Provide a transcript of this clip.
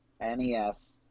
N-E-S